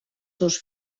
seus